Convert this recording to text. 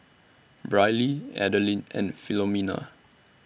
Briley Adeline and Philomena